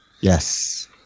Yes